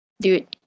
Dude